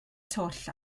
twll